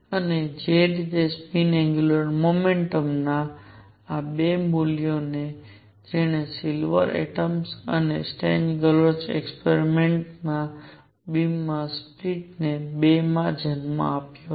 અને જે રીતે સ્પિન એંગ્યુલર મોમેન્ટ ના આ 2 મૂલ્યો એ છે જેણે સિલ્વર એટમ્સ અને સ્ટર્ન ગેર્લાચ એક્સપેરિમેંટ બીમના સ્પ્લીટ ને 2 માં જન્મ આપ્યો છે